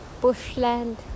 bushland